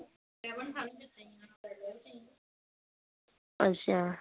अच्छा